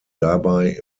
dabei